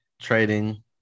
trading